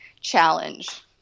challenge